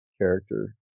character